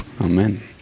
Amen